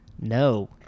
No